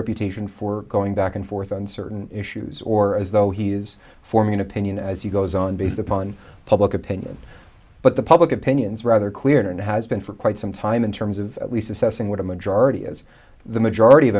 reputation for going back and forth on certain issues or as though he is forming an opinion as he goes on based upon public opinion but the public opinions rather clear and has been for quite some time in terms of at least assessing what a majority is the majority of